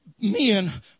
men